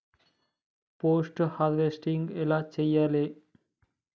Post harvesting ఎలా చెయ్యాలే?